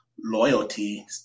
loyalty